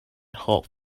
half